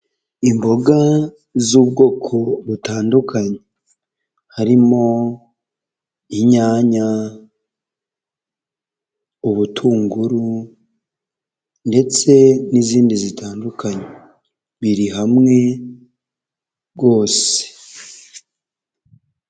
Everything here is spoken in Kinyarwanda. Imboga z'ubwoko butandukanye harimo inyanya, ubutunguru ndetse n'izindi zitandukanye biri hamwe rwose.